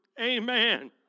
Amen